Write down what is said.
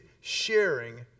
sharing